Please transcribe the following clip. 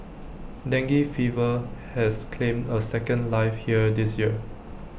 dengue fever has claimed A second life here this year